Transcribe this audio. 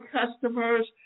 customers